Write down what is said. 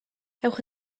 ewch